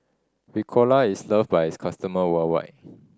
Ricola is loved by its customer worldwide